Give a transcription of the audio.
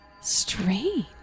Strange